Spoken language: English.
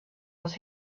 was